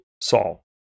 Saul